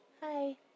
Hi